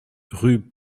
rue